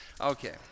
Okay